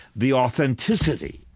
the authenticity